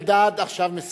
חבר הכנסת אלדד עכשיו מסכם,